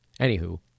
anywho